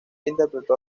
interpretó